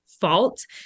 fault